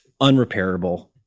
Unrepairable